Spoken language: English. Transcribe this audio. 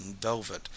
velvet